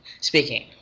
speaking